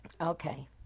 Okay